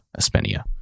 aspenia